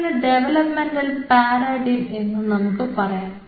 ഇതിന് ഒരു developmental paradigm എന്ന് നമുക്ക് പറയാം